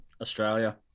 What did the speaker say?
Australia